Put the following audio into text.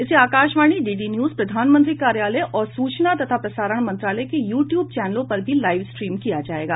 इसे Akashvani DD news प्रधानमंत्री कार्यालय और सूचना तथा प्रसारण मंत्रालय के यूटूब चैनलों पर भी लाइव स्ट्रीम किया जायेगा